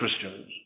Christians